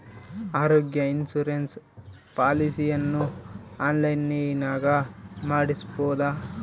ಆರೋಗ್ಯ ಇನ್ಸುರೆನ್ಸ್ ಪಾಲಿಸಿಯನ್ನು ಆನ್ಲೈನಿನಾಗ ಮಾಡಿಸ್ಬೋದ?